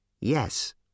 Yes